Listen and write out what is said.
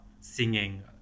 singing